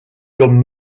comme